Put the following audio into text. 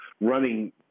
running